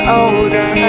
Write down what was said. older